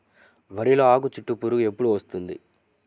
వరిలో ఆకుచుట్టు పురుగు ఎప్పుడు వస్తుంది?